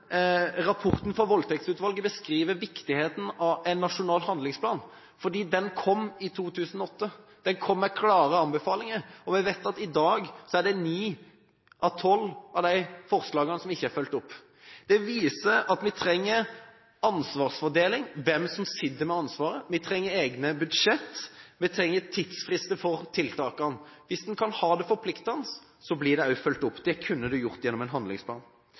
rapporten fra Voldtektsutvalget nettopp beskriver viktigheten av en nasjonal handlingsplan. Den kom med klare anbefalinger, og vi vet at i dag er det ni av tolv av de forslagene som ikke er fulgt opp. Det viser at vi trenger ansvarsfordeling, å vite hvem det er som sitter med ansvaret. Vi trenger egne budsjetter. Vi trenger tidsfrister når det gjelder tiltakene. Hvis en kan gjøre det forpliktende, blir det også fulgt opp. Det kunne det blitt gjort gjennom en handlingsplan.